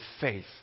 faith